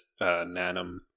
Nanum